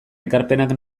ekarpenak